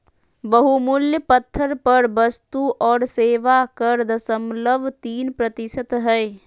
बहुमूल्य पत्थर पर वस्तु और सेवा कर दशमलव तीन प्रतिशत हय